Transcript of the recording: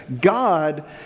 God